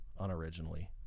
unoriginally